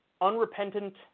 unrepentant